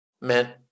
meant